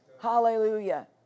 Hallelujah